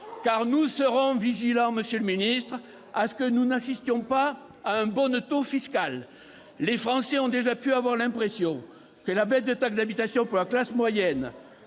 Car nous serons vigilants pour que l'on n'assiste pas à un bonneteau fiscal. Les Français ont déjà pu avoir l'impression que la baisse de taxe d'habitation pour la classe moyenne